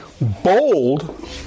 bold